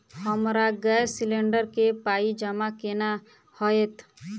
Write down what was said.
हमरा gas cylinder केँ पाई जमा केना हएत?